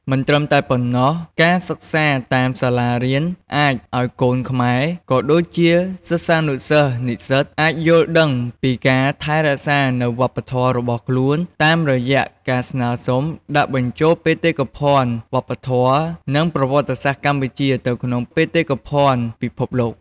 មិនត្រឹមតែប៉ុណ្ណោះ ការសិក្សាតាមសាលារៀន អាចអោយកូនខ្មែរ ក៏ដូចជាសិស្សានុសិស្ស និស្សិត អាចយល់ដឹងពីការថែរក្សានូវវប្បធម៏របស់ខ្លួន តាមរយៈការស្នើសុំដាក់បញ្ជូលបេតិកភ័ណ្ឌវប្បធម៌ និងប្រវត្តសាស្រ្តកម្ពុជាទៅក្នុងបេតិកភ័ណ្ឌពិភពលោក។